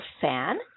fan